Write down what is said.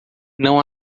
não